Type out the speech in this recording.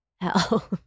hell